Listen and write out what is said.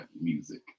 music